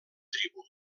tribu